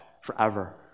forever